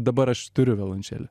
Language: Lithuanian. dabar aš turiu violončelę